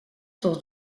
sources